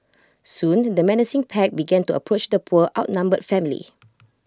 soon the menacing pack began to approach the poor outnumbered family